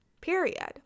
Period